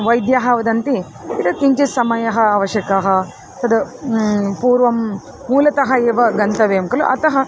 वैद्यः वदति एतद् किञ्चित् समयः आवश्यकः तद् पूर्वं मूलतः एव गन्तव्यं खलु अतः